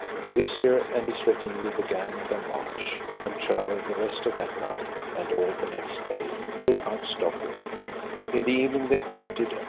the vizier and his retinue began their march, and travelled the rest of that night, and all the next day, without stopping in the evening they halted,